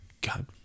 god